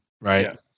right